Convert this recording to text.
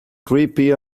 creepy